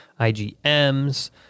IgMs